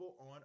on